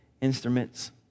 instruments